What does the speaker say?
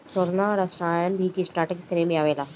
शैवालनाशक रसायन भी कीटनाशाक के श्रेणी में ही आवेला